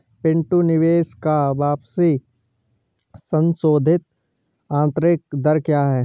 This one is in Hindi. पिंटू निवेश का वापसी संशोधित आंतरिक दर क्या है?